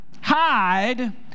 Hide